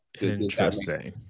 Interesting